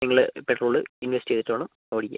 നിങ്ങൾ petrol invest ചെയ്തിട്ട് വേണം ഓടിക്കാൻ